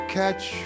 catch